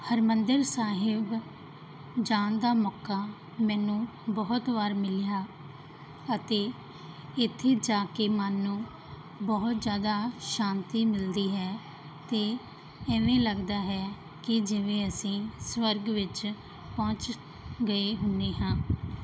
ਹਰਿਮੰਦਰ ਸਾਹਿਬ ਜਾਣ ਦਾ ਮੌਕਾ ਮੈਨੂੰ ਬਹੁਤ ਵਾਰ ਮਿਲਿਆ ਅਤੇ ਇੱਥੇ ਜਾ ਕੇ ਮਨ ਨੂੰ ਬਹੁਤ ਜ਼ਿਆਦਾ ਸ਼ਾਂਤੀ ਮਿਲਦੀ ਹੈ ਅਤੇ ਇਵੇਂ ਲੱਗਦਾ ਹੈ ਕਿ ਜਿਵੇਂ ਅਸੀਂ ਸਵਰਗ ਵਿੱਚ ਪਹੁੰਚ ਗਏ ਹੁੰਦੇ ਹਾਂ